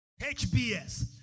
HBS